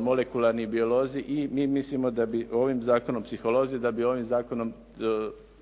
molekularni biolozi, psiholozi i mi mislimo da bi ovim zakonom potakli na to da se u Zakonu